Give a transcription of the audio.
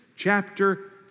chapter